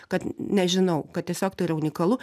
kad nežinau kad tiesiog tai yra unikalu